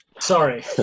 Sorry